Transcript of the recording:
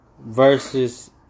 Versus